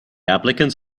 applicants